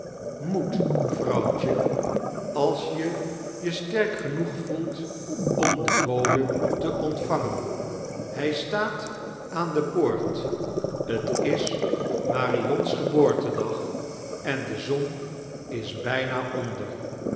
vroaiwt je als je je sterk genoeg voelt am deri bode te ontvangen hij stoat aan de paort t is marion's geboartodag en de zon is bijina onder